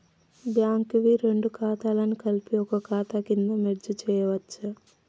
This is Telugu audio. బ్యాంక్ వి రెండు ఖాతాలను కలిపి ఒక ఖాతా కింద మెర్జ్ చేయచ్చా?